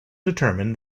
determined